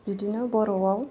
बिदिनो बर'आव